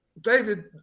david